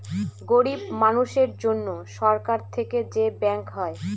গরিব মানুষের জন্য সরকার থেকে যে ব্যাঙ্ক হয়